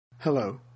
Hello